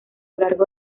largo